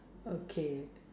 okay